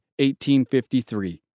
1853